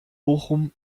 bochum